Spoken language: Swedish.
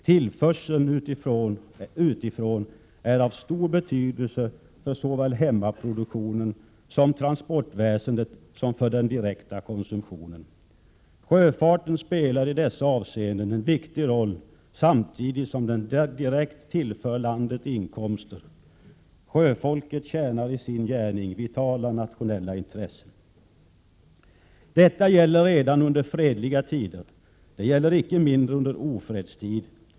Tillförseln utifrån är av stor betydelse för såväl hemmaproduktionen och transportväsendet som för den direkta konsumtionen. Sjöfarten spelar i dessa avseenden en viktig roll samtidigt som den direkt tillför landet inkomster. Sjöfolket tjänar i sin gärning vitala nationella intressen. Detta gäller redan under fredliga tider. Det gäller icke mindre under ofredstid.